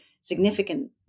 significant